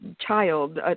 child